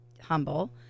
humble